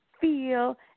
feel